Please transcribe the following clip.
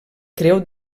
creu